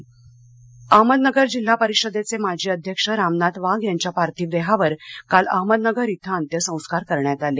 वाघ निधन अहमदनगर अहमदनगर जिल्हा परिषदेचे माजी अध्यक्ष रामनाथ वाघ यांच्या पार्थिव देहावर काल अहमदनगर इथं अत्यसंस्कार करण्यात आले